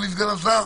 אדוני סגן השר?